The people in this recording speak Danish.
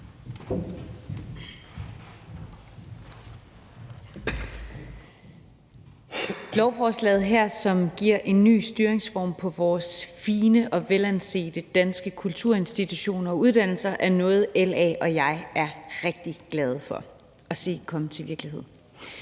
Lovforslaget her, som giver en ny styringsform på vores fine og velansete danske kulturinstitutioner og -uddannelser, er noget, LA og jeg er rigtig glade for at se blive til virkelighed.